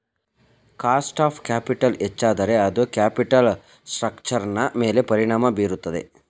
cost of capital ಹೆಚ್ಚಾದರೆ ಅದು capital ಸ್ಟ್ರಕ್ಚರ್ನ ಮೇಲೆ ಪರಿಣಾಮ ಬೀರುತ್ತದೆ